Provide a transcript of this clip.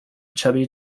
chubby